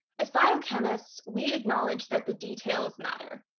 as biochemists, we acknowledge that the details matter.